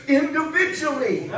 individually